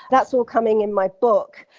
that's all coming in my book,